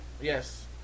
Yes